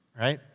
right